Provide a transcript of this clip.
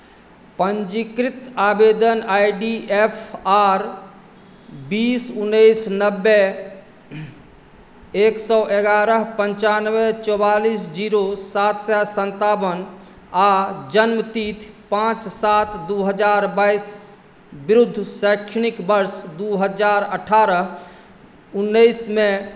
पञ्जीकृत आवेदन I D F R बीस उन्नैस नब्बे एक सए एगारह पञ्चानबे चौआलिस जीरो सात सए सत्तावन आ जन्मतिथि पाँच सात दू हजार बाइस विरुद्ध शैक्षणिक वर्ष दू हजार अठारह उन्नैसमे